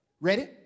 Ready